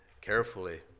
carefully